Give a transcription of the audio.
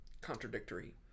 Contradictory